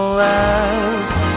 last